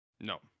No